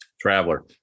traveler